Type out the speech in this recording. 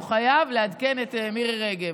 הוא חייב לעדכן את מירי רגב.